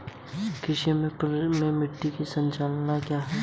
मेरे ऋण का ब्याज कितना है?